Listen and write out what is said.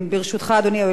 אדוני היושב-ראש,